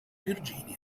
virginia